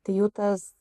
tai jų tas